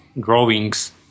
drawings